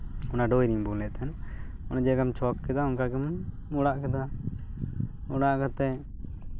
ᱚᱱᱟ ᱫᱚ ᱩᱭᱤᱱᱰᱳ ᱵᱚᱱ ᱞᱟᱹᱭᱮᱫ ᱛᱟᱦᱮᱱ ᱚᱱᱟ ᱡᱟᱭᱜᱟᱢ ᱪᱷᱚᱠ ᱠᱮᱫᱟ ᱚᱱᱠᱟ ᱜᱮᱢ ᱚᱲᱟᱜ ᱠᱮᱫᱟ ᱚᱲᱟᱜ ᱠᱟᱛᱮ